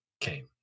came